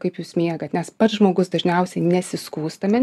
kaip jūs miegat nes pats žmogus dažniausiai nesiskųs tame